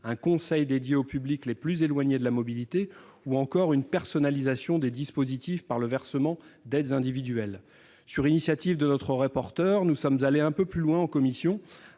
un conseil spécifique pour les publics les plus éloignés de la mobilité et une personnalisation des dispositifs par le versement d'aides individuelles. Sur l'initiative du rapporteur, nous sommes allés un peu plus loin en commission,